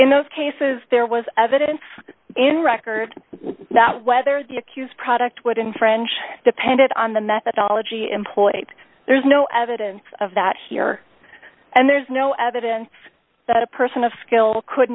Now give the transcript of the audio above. in those cases there was evidence in records that whether the accused product what in french depended on the methodology employed there is no evidence of that here and there's no evidence that a person of skill could